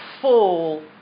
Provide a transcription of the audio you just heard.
full